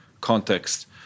context